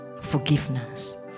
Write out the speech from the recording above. forgiveness